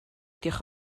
diolch